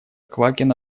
квакин